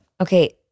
Okay